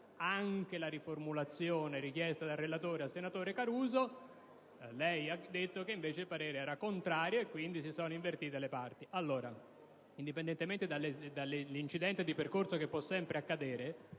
anche alla riformulazione richiesta dal relatore al senatore Caruso. Lei ha detto, invece, che il parere era contrario e quindi si sono invertite le parti. Ora, indipendentemente dall'incidente di percorso, che può sempre